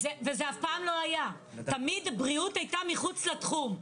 וזה אף פעם לא היה, תמיד בריאות הייתה מחוץ לתחום.